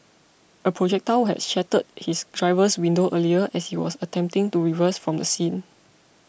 a projectile had shattered his driver's window earlier as he was attempting to reverse from the scene